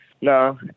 no